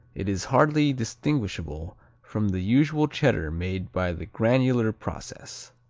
it is hardly distinguishable from the usual cheddar made by the granular process.